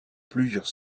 plusieurs